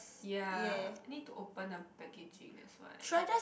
ya need to open the packaging that's why